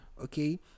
okay